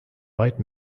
weit